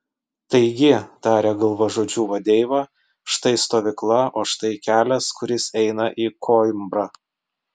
taigi tarė galvažudžių vadeiva štai stovykla o štai kelias kuris eina į koimbrą